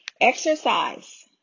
exercise